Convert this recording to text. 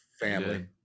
family